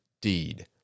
deed